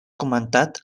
comentat